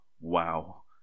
Wow